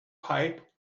pipe